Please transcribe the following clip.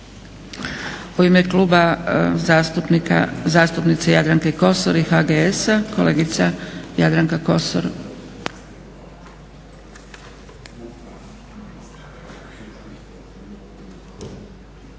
U ime Kluba zastupnice Jadranke Kosor i HGS-a kolegica Jadranka Kosor.